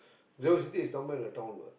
those this is somewhere in the town what